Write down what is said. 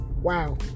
Wow